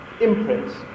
imprints